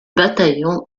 bataillon